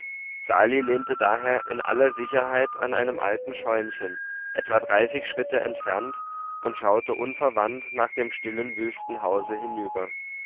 sali lehnte daher in aller sicherheit an einem alten scheunchen etwa dreißig schritte entfernt und schaute unverwandt nach dem stillen wüsten hause hinüber